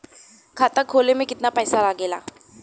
खाता खोले में कितना पईसा लगेला?